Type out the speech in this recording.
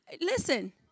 listen